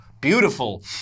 beautiful